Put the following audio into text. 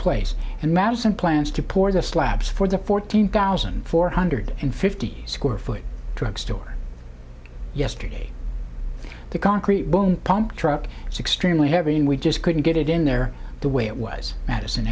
place and madison plans to pour the slabs for the fourteen thousand four hundred and fifty square foot drugstore yesterday the concrete won't pump truck it's extremely heavy and we just couldn't get it in there the way it was madison